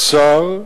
השר,